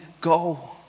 go